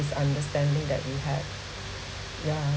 misunderstanding that we have yeah